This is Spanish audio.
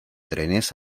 trenes